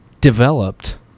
Developed